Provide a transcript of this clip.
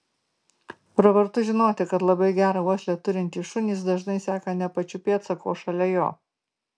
pravartu žinoti kad labai gerą uoslę turintys šunys dažnai seka ne pačiu pėdsaku o šalia jo